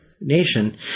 nation